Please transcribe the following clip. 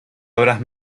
obras